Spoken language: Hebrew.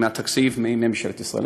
מהתקציב של ממשלת ישראל.